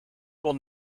will